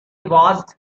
watched